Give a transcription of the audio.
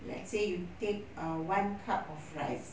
let's say you take err one cup of rice